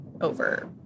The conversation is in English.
over